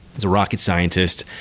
he's a rocket scientist,